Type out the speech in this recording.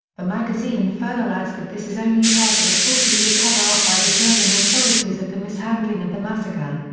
the magazine and further adds that this is only part of a forty year cover-up by the german authorities of the mishandling of the massacre.